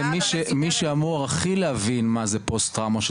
מי שאמור הכי להבין מה זה פוסט טראומה,